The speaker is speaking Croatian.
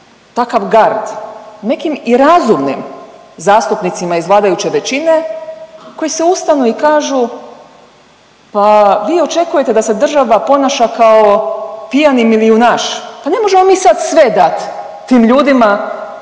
takav gard nekim i razumnim zastupnicima iz vladajuće većine koji se ustanu i kažu, pa vi očekujete da se država ponaša kao pijani milijunaš, pa ne možemo mi sad sve dat tim ljudima